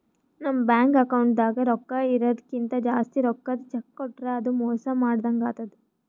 ನಮ್ ಬ್ಯಾಂಕ್ ಅಕೌಂಟ್ದಾಗ್ ರೊಕ್ಕಾ ಇರದಕ್ಕಿಂತ್ ಜಾಸ್ತಿ ರೊಕ್ಕದ್ ಚೆಕ್ಕ್ ಕೊಟ್ರ್ ಅದು ಮೋಸ ಮಾಡದಂಗ್ ಆತದ್